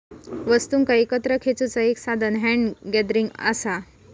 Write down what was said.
वस्तुंका एकत्र खेचुचा एक साधान हॅन्ड गॅदरिंग असा